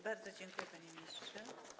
Bardzo dziękuję, panie ministrze.